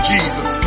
Jesus